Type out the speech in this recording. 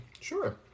Sure